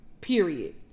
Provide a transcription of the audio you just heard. period